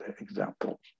examples